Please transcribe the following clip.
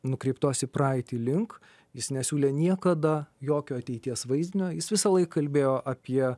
nukreiptos į praeitį link jis nesiūlė niekada jokio ateities vaizdinio jis visąlaik kalbėjo apie